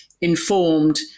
informed